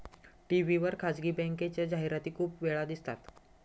TV वर खासगी बँकेच्या जाहिराती खूप वेळा दिसतात